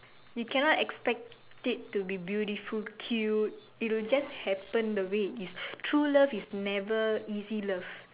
you cannot expect it to be beautiful cute it'll just happen the way it is true love is never easy love